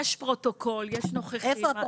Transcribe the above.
יש פרוטוקול, יש נוכחות.